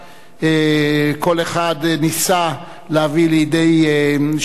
כל אחד ניסה להביא לידי שילוב,